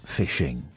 fishing